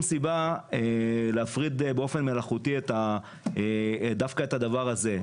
סיבה להפריד באופן מלאכותי דווקא את הדבר הזה.